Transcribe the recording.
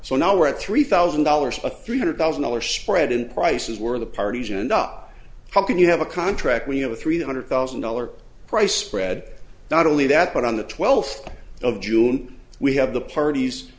so now we're at three thousand dollars to three hundred thousand dollars spread in prices where the parties end up how can you have a contract we have a three hundred thousand dollar price spread not only that but on the twelfth of june we have the parties